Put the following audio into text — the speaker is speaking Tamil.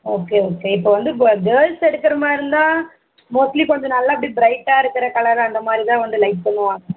ஓகே ஓகே இப்போ வந்து இப்போ கேர்ள்ஸ் எடுக்கிற மாதிரி இருந்தால் மோஸ்ட்லி கொஞ்சம் நல்லா அப்படி ப்ரைட்டாக இருக்கிற கலரு அந்த மாதிரிதான் வந்து லைக் பண்ணுவாங்க